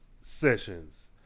sessions